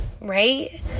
right